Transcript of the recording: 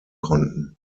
konnten